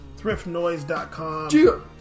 Thriftnoise.com